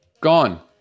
gone